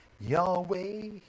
Yahweh